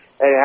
Hey